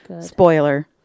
Spoiler